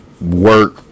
work